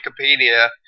Wikipedia